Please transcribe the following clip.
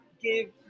give